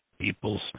people's